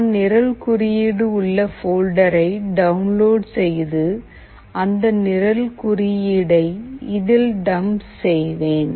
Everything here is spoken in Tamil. நான் நிரல் குறியீடு உள்ள போல்டரை டவுன்லோட் செய்து அந்தக் நிரல் குறியீடை இதில் டம்ப் செய்வேன்